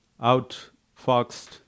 outfoxed